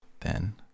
Then